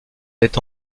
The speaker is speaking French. est